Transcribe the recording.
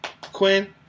Quinn